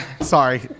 Sorry